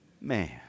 Man